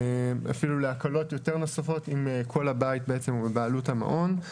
להקלות נוספות אם כל הבית הוא בבעלות המעון.